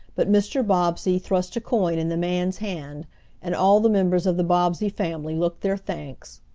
but mr. bobbsey thrust a coin in the man's hand and all the members of the bobbsey family looked their thanks.